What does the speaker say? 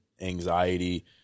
anxiety